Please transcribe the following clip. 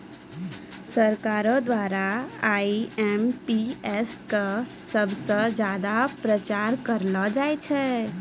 सरकारो द्वारा आई.एम.पी.एस क सबस ज्यादा प्रचार करलो जाय छै